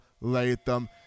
Latham